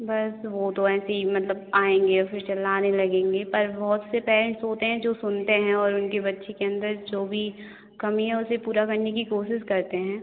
बस वह तो ऐसे ही मतलब आएँगे और फिर चिल्लाने लगेंगे पर बहुत से पैरेंट्स होते हैं जो सुनते हैं और उनके बच्चे के अंदर जो भी कमी है उसे पूरा करने की कोशिश करते हैं